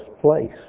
place